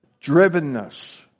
drivenness